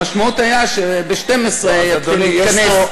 המשמעות הייתה שב-24:00 יתחילו להתכנס,